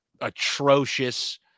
atrocious